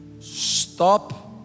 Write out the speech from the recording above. Stop